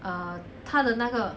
err 他的那个